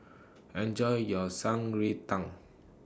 Enjoy your Shan Rui Tang